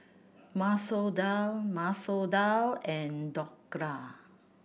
Masoor Dal Masoor Dal and Dhokla